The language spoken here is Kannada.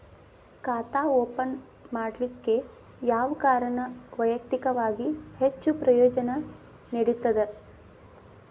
ಖಾತಾ ಓಪನ್ ಮಾಡಲಿಕ್ಕೆ ಯಾವ ಕಾರಣ ವೈಯಕ್ತಿಕವಾಗಿ ಹೆಚ್ಚು ಪ್ರಯೋಜನ ನೇಡತದ?